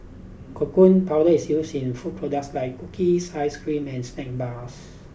cocoa powder is used in food products like cookies ice cream and snack bars